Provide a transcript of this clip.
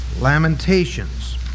Lamentations